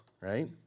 right